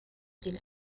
den